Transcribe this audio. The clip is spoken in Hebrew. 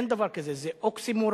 אין דבר כזה, זה אוקסימורון,